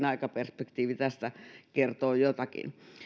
aikaperspektiivi tästä kertoo jotakin